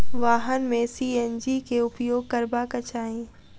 वाहन में सी.एन.जी के उपयोग करबाक चाही